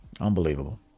unbelievable